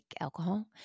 alcohol